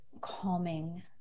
calming